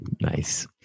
Nice